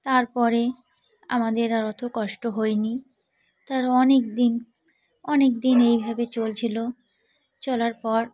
তার পরে আমাদের আর অত কষ্ট হয়নি তার অনেক দিন অনেক দিন এইভাবে চলছিল চলার পর